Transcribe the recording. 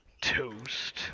toast